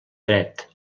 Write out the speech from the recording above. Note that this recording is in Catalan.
dret